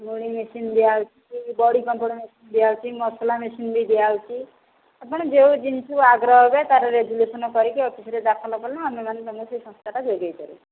ମୁଢ଼ି ମେସିନ୍ ଦିଆଦେଉଛି ବଡ଼ି ମେସିନ୍ ଦିଆହେଉଛି ମସଲା ମେସିନ୍ ବି ଦିଆହେଉଛି ଆପଣ ଯେଉଁ ଜିନିଷ ଆଗ୍ରହରେ ତା ର ରେଜୁଲେସନ କରିକି ଅଫିସରେ ଦାଖଲ କଲେ ଆମେମାନେ ତୁମକୁ ସେ ସଂସ୍ଥାଟା ଯୋଗେଇ ପାରିବୁ